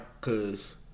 Cause